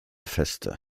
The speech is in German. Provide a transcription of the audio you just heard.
feste